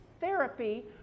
therapy